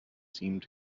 seemed